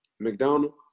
McDonald